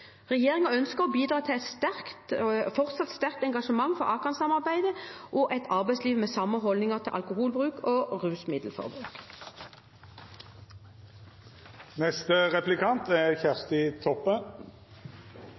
ønsker å bidra til et fortsatt sterkt engasjement for Akan-samarbeidet og et arbeidsliv med samme holdninger til alkoholbruk og